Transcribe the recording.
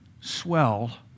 swell